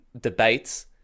debates